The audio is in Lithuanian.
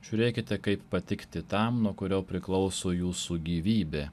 žiūrėkite kaip patikti tam nuo kurio priklauso jūsų gyvybė